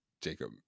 Jacob